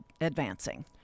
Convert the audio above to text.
advancing